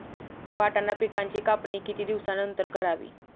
वाटाणा पिकांची कापणी किती दिवसानंतर करावी?